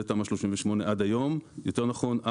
זה תמ"א 38 עד היום; יותר נכון,